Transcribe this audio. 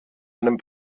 einem